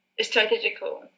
strategical